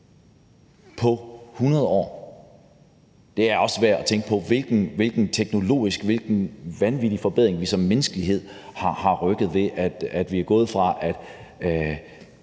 på 100 år. Det er også værd at tænke på, hvilken vanvittig teknologisk forbedring vi som mennesker har opnået, ved at vi er gået fra, at